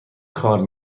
کار